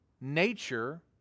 nature